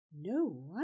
No